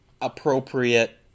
appropriate